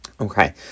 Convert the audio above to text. Okay